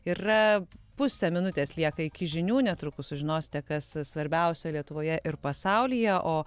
yra pusė minutės lieka iki žinių netrukus sužinosite kas svarbiausia lietuvoje ir pasaulyje o